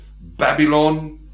Babylon